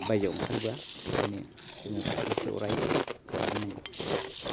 बाइजोआव ओंखारबोया ओंखायनो जोङो प्रेकटिसखौ अरायबो खालामनो नांगौ